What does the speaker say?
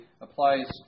applies